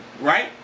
right